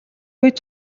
үед